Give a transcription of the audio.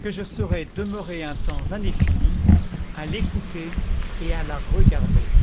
que je serais demeuré un temps indéfini à l'écouter et à la regarder